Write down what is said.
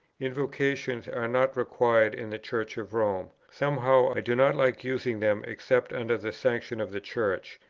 invocations are not required in the church of rome somehow, i do not like using them except under the sanction of the church,